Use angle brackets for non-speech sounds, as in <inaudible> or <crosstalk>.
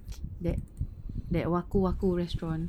<noise> that that wakuwaku restaurant